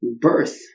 birth